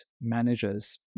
managers